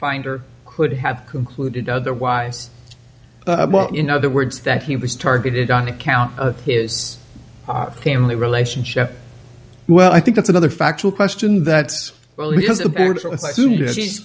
finder could have concluded otherwise in other words that he was targeted on account of his family relationship well i think that's another factual question that we